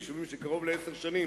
יישובים שהם בני קרוב לעשר שנים,